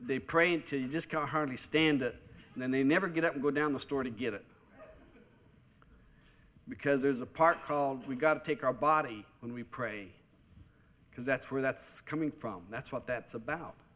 they pray until you just can hardly stand it and then they never get up go down the store to get it because there's a park called we've got to take our body when we pray because that's where that's coming from that's what that's about